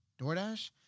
DoorDash